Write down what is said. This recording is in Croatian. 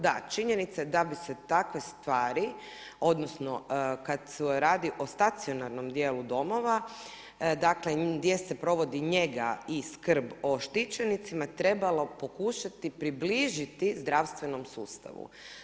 Da, činjenica je da bi se kakve stvari odnosno kad se radi o stacionarnom dijelu domova gdje se provodi njega i skrb o štićenicima trebalo pokušati približiti zdravstvenom sustavu.